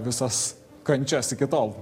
visas kančias iki tol